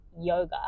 yoga